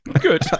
Good